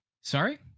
Sorry